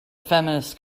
feminist